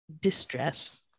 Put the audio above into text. distress